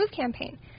campaign